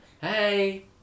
Hey